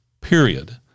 period